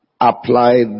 Apply